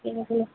எங்கள் ஸ்கூலில்